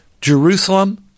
Jerusalem